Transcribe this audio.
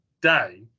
day